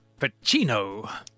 Pacino